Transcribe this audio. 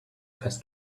has